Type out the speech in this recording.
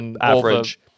average